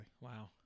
Wow